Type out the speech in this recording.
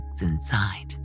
inside